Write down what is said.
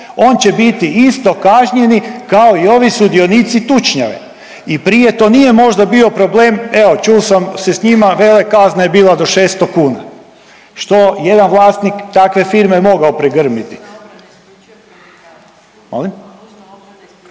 on će biti isto kažnjeni kao i ovi sudionici tučnjave i prije to nije možda bio problem, evo, čul sam se s njima, vele, kazna je bila do 600 kuna, što jedan vlasnik takve firme mogao pregrmiti